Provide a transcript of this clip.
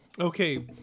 Okay